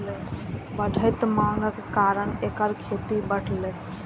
बढ़ैत मांगक कारण एकर खेती बढ़लैए